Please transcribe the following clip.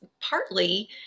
partly